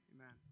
amen